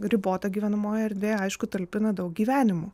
ribota gyvenamoji erdvė aišku talpina daug gyvenimų